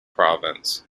province